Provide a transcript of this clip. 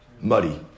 Muddy